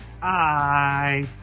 Bye